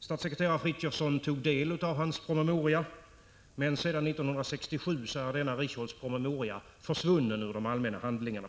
Statssekreterare Karl Frithiofson tog del av hans promemoria, men sedan 1967 är denna Richholtz promemoria på ett märkligt sätt försvunnen ur de allmänna handlingarna.